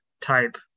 type